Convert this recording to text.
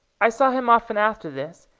i saw him often after this,